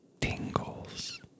tingles